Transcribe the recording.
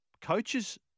coaches